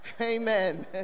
Amen